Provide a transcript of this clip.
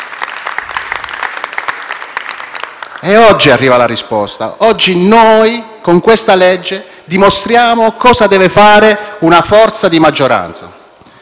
Oggi arriva la risposta. Oggi noi, con questa legge, dimostriamo cosa deve fare una forza di maggioranza,